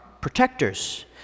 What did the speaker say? protectors